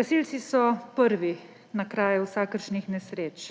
Gasilci so prvi na kraju vsakršnih nesreč.